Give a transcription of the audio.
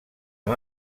amb